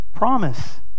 promise